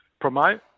promote